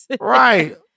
Right